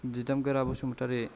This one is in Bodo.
दिदोमगोरा बसुमथारि